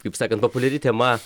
kaip sakant populiari tema